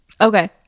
okay